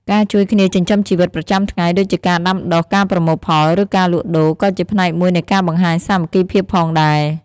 ការជួយគ្នាចិញ្ចឹមជីវិតប្រចាំថ្ងៃដូចជាការដាំដុះ ការប្រមូលផល ឬការលក់ដូរ ក៏ជាផ្នែកមួយនៃការបង្ហាញសាមគ្គីភាពផងដែរ។